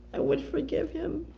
i would forgive him.